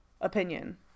opinion